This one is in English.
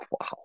wow